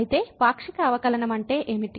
అయితే పాక్షిక అవకలనంఅంటే ఏమిటి